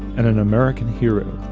and an american hero.